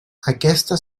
aquesta